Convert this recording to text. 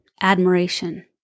admiration